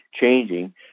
changing